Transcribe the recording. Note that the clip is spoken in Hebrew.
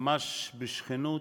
ממש בשכנות,